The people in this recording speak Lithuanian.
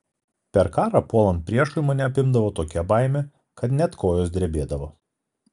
per karą puolant priešui mane apimdavo tokia baimė kad net kojos drebėdavo